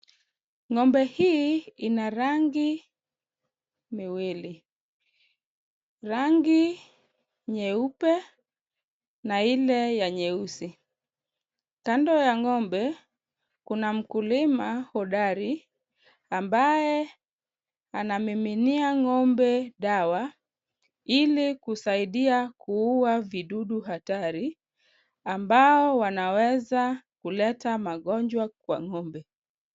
Ng'ombe hii ina rangi miwili, rangi nyeupe na ile ya nyeusi. Kando ya ng'ombe kuna mkulima hodari ambaye anamiminia ng'ombe dawa, ili kusaidia kuua vidudu hatari, ambao wanaweza kuleta magonjwa kwa ng'ombe.